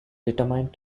determined